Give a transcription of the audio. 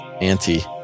auntie